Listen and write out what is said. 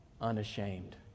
unashamed